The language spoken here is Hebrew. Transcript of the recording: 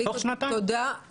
תודה.